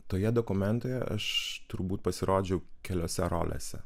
toje dokumentoje aš turbūt pasirodžiau keliose rolėse